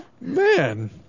Man